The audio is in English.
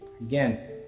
Again